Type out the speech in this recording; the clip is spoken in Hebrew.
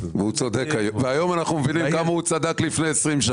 והיום אנחנו מבינים כמה הוא צדק לפני 20 שנה.